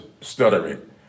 stuttering